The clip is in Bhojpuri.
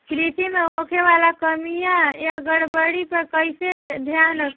कृषि में होखे वाला खामियन या गड़बड़ी पर कइसे ध्यान रखि?